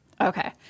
Okay